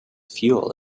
fuel